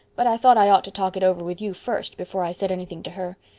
but i thought i ought to talk it over with you first before i said anything to her.